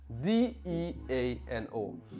D-E-A-N-O